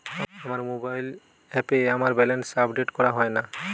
আমার মোবাইল অ্যাপে আমার ব্যালেন্স আপডেট করা হয় না